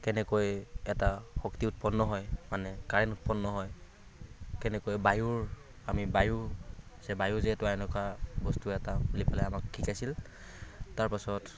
কেনেকৈ এটা শক্তি উৎপন্ন হয় মানে কাৰেণ উৎপন্ন হয় কেনেকৈ বায়ুৰ আমি বায়ুৰ চে বায়ু যিহেতু এনেকুৱা বস্তু এটা বুলি পেলাই আমাক শিকাইছিল তাৰপাছত